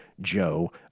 Joe